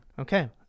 Okay